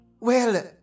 Well